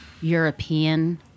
European